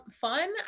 fun